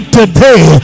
today